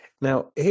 Now